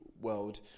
world